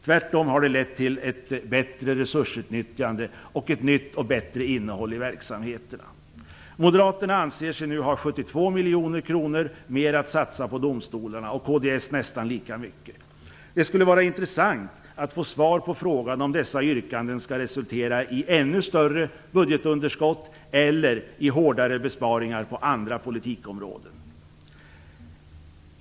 Tvärtom har det lett till ett bättre resursutnyttjande och ett nytt och bättre innehåll i verksamheterna. Moderaterna anser sig nu ha 72 miljoner kronor mer att satsa på domstolarna och kds nästan lika mycket. Det skulle vara intressant att få svar på frågan om dessa yrkanden skall resultera i ännu större budgetunderskott eller i hårdare besparingar på andra politikområden.